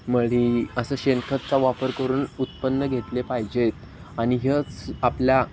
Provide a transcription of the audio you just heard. मळी असं शेणखताचा वापर करून उत्पन्न घेतले पाहिजेत आणि हेच आपल्या